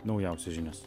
naujausias žinias